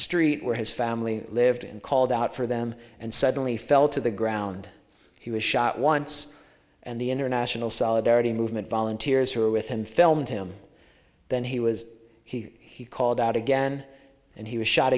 street where his family lived and called out for them and suddenly fell to the ground he was shot once and the international solidarity movement volunteers who were within filmed him then he was he he called out again and he was shot